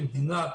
כמדינה,